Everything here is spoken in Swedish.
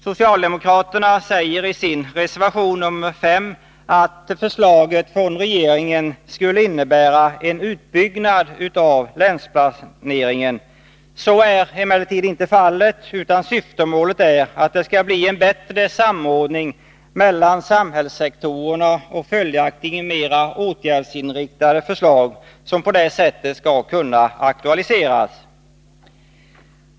Socialdemokraterna säger i sin reservation nr 5 att förslaget från regeringen skulle innebära en utbyggnad av länsplaneringen. Så är emellertid inte fallet, utan syftemålet är att det skall bli en bättre samordning mellan samhällssektorerna och följaktligen mera åtgärdsinriktade förslag som på det sättet skall kunna aktualiseras.